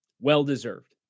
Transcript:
well-deserved